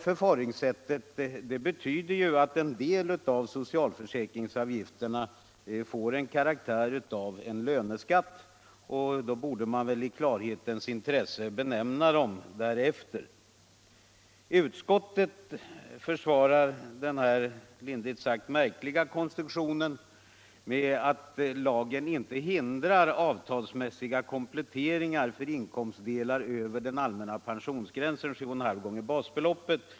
Förfaringssättet betyder att en del av socialförsäkringsavgifterna får karaktär av löneskatt, och då borde de i klarhetens tecken benämnas därefter. Utskottet försvarar denna lindrigt sagt märkliga konstruktion med att lagen inte hindrar avtalsmässiga kompletteringar för inkomstdelar över den allmänna pensionsgränsen på 7,5 gånger basbeloppet.